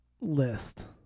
list